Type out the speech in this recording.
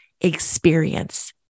experience